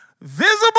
visible